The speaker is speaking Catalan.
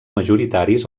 majoritaris